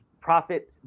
profit